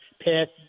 past